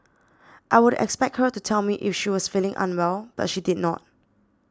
I would expect her to tell me if she was feeling unwell but she did not